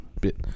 bit